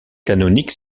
canonique